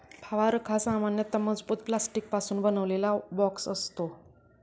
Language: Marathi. फवारक हा सामान्यतः मजबूत प्लास्टिकपासून बनवलेला बॉक्स असतो